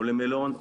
או למלון,